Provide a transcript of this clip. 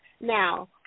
Now